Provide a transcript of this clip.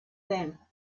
them